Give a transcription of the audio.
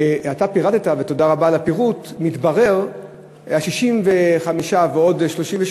אתה פירטת, ותודה רבה על הפירוט: 65 ועוד 38,